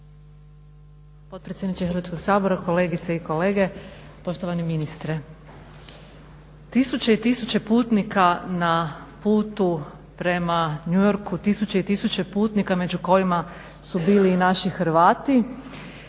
potpredsjedniče Hrvatskog sabora, kolegice i kolege, poštovani ministre. Tisuće i tisuće putnika na putu prema New Yorku, tisuće i tisuće putnika među kojima su bili i naši Hrvati,